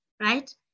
Right